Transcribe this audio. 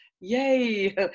yay